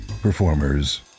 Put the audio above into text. performers